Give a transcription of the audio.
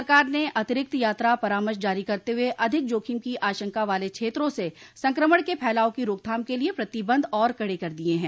सरकार ने अतिरिक्त यात्रा परामर्श जारी करते हुए अधिक जोखिम की आशंका वाल क्षेत्रों से संक्रमण के फैलाव की रोकथाम के लिए प्रतिबंध और कड़े कर दिए हैं